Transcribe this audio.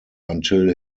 until